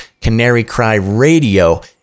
canarycryradio